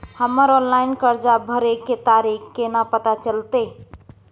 हमर ऑनलाइन कर्जा भरै के तारीख केना पता चलते?